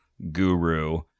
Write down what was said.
guru